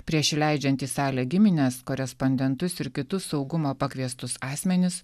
prieš įleidžiant į salę gimines korespondentus ir kitus saugumo pakviestus asmenis